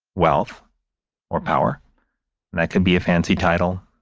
wealth or power. and that could be a fancy title.